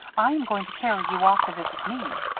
i am going to carry you off to visit me.